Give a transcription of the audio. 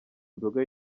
nzoga